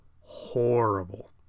Horrible